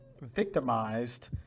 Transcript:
victimized